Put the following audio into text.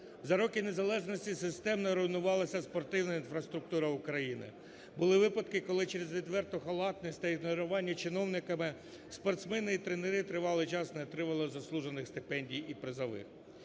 За роки незалежності системно руйнувалася спортивна інфраструктура України. Були випадки, коли через відверту халатність та ігнорування чиновниками спортсмени і тренери тривалий час не отримували заслужених стипендій, і призових.